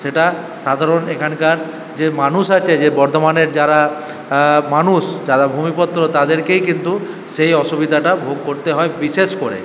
সেটা সাধারণ এখানকার যে মানুষ আছে যে বর্ধমানের যারা মানুষ যারা ভূমিপুত্র তাদেরকেই কিন্তু সেই অসুবিধাটা ভোগ করতে হয় বিশেষ করে